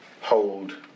hold